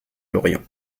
lorient